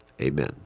Amen